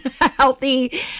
healthy